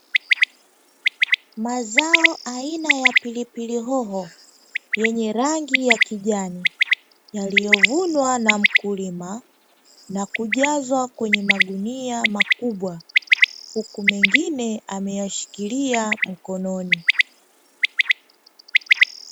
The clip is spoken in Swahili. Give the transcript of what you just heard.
Mazao aina ya pilipili hoho yenye rangi ya kijani yaliyovunwa na mkulima, na kujazwa kwenye magunia makubwa huku mengine ameyashikilia mkononi.